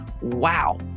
Wow